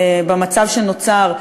במצב שנוצר,